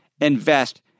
invest